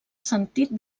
sentit